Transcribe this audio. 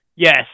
Yes